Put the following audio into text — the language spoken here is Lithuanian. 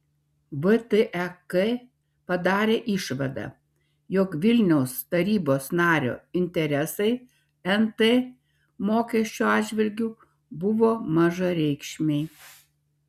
vtek padarė išvadą jog vilniaus tarybos nario interesai nt mokesčio atžvilgiu buvo mažareikšmiai